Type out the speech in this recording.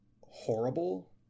horrible